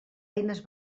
eines